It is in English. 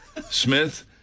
Smith